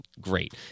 Great